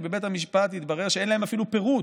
כי בבית המשפט התברר שאין להם אפילו פירוט,